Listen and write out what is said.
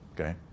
Okay